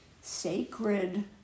sacred